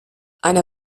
eine